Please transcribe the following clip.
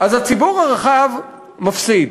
אז הציבור הרחב מפסיד,